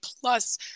plus